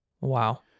Wow